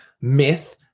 myth